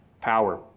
power